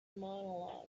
monologue